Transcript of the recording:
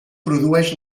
produeix